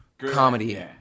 comedy